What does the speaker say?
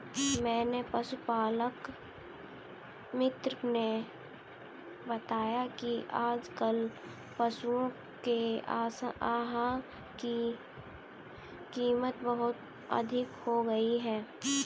मेरे पशुपालक मित्र ने बताया कि आजकल पशुओं के आहार की कीमत बहुत अधिक हो गई है